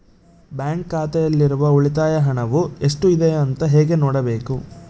Bank ಖಾತೆಯಲ್ಲಿರುವ ಉಳಿತಾಯ ಹಣವು ಎಷ್ಟುಇದೆ ಅಂತ ಹೇಗೆ ನೋಡಬೇಕು?